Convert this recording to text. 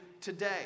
today